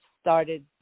started